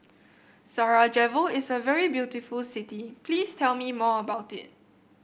Sarajevo is a very beautiful city Please tell me more about it